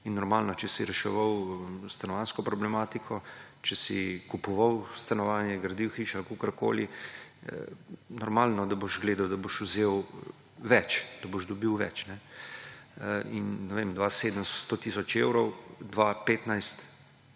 In normalno, če si reševal stanovanjsko problematiko, če si kupoval stanovanje, gradil hišo ali kakorkoli, normalno, da boš gledal, da boš vzel več, da boš dobil več ‒ kajne? In ne vem, leta 2007 100 tisoč evrov, 2015